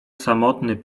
samotny